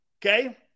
Okay